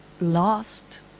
lost